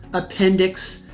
appendix,